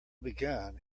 begun